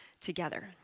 together